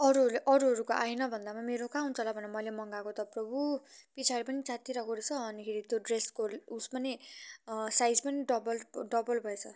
अरूहरू अरूहरूको आएन भन्दैमा मेरो कहाँ आउँछ होला भनेर मैले मँगाएको त प्रभु पछाडि पनि च्यातिरहेको रहेछ अनिखेरि त्यो ड्रेसको उस पनि साइज पनि डबल डबल भएछ